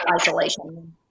isolation